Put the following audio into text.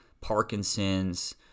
Parkinson's